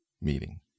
meeting